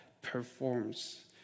performs